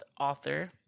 author